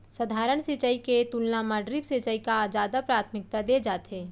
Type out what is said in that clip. सधारन सिंचाई के तुलना मा ड्रिप सिंचाई का जादा प्राथमिकता दे जाथे